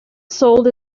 sold